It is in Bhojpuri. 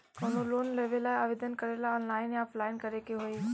कवनो लोन लेवेंला आवेदन करेला आनलाइन या ऑफलाइन करे के होई?